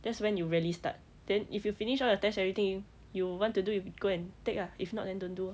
that's when you really start then if you finish all your test everything you want to do you go and take ah if not then don't do lor